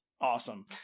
awesome